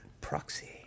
proxy